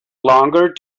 longer